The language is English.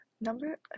Number